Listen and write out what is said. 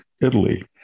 Italy